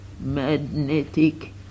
magnetic